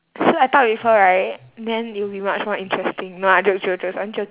so I talk with her right then it'll be much more interesting no I joke joke joke it's only jok~